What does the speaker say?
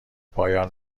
پایان